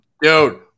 dude